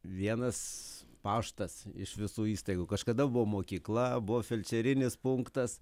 vienas paštas iš visų įstaigų kažkada buvo mokykla buvo felčerinis punktas